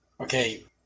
Okay